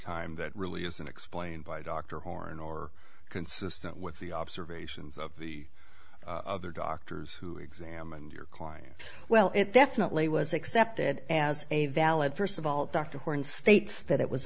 time that really isn't explained by dr horn or consistent with the observations of the other doctors who examined your client well it definitely was accepted as a valid first of all dr horn states that it was